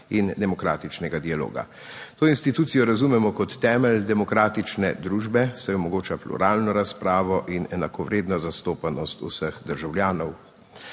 in demokratičnega dialoga. To institucijo razumemo kot temelj demokratične družbe, saj omogoča pluralno razpravo in enakovredno zastopanost vseh državljanov.